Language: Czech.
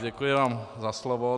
Děkuji vám za slovo.